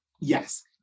yes